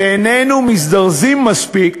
שאיננו מזדרזים מספיק